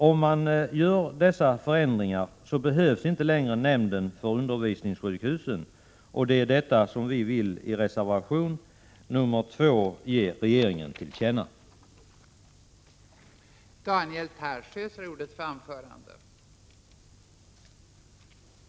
Om man gör dessa förändringar, behövs inte längre nämnden för undervisningssjukhusens utbyggnad, och det är detta som vi i reservation 2 vill ge regeringen till känna. Jag yrkar bifall till denna.